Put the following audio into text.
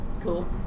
cool